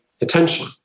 attention